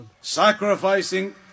sacrificing